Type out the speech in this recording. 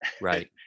right